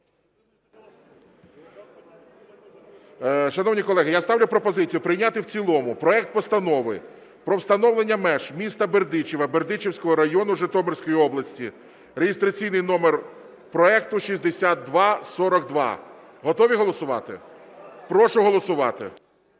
Шановні колеги, я ставлю пропозицію прийняти в цілому проект Постанови про встановлення меж міста Бердичева Бердичівського району Житомирської області (реєстраційний номер проекту 6242). Готові голосувати? Прошу голосувати.